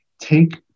take